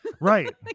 Right